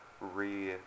re-